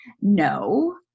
no